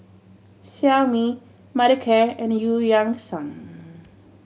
Xiaomi Mothercare and Eu Yan Sang